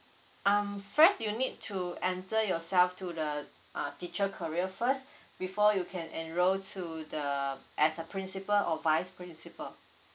um fresh you need to enter yourself to the uh teacher career first before you can enroll to the as a principle or vice principal